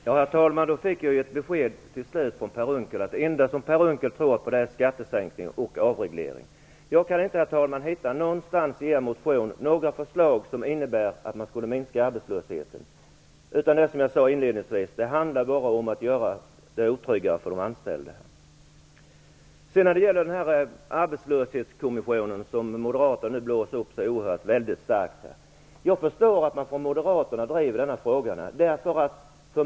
Herr talman! Då fick jag till slut ett besked från Per Unckel. Det enda som Per Unckel tror på är skattesänkning och avreglering. Herr talman! Jag kan inte någonstans i moderaternas motion hitta några förslag som innebär att man skulle minska arbetslösheten. Det är som jag sade inledningsvis. Det handlar bara om att göra det otryggare för de anställda. När det sedan gäller förslaget om arbetslöshetskommissionen, som moderaterna blåser upp så väldigt starkt, förstår jag att man från Moderaterna driver den frågan.